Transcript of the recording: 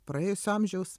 praėjusio amžiaus